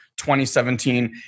2017